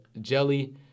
Jelly